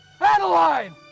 Adeline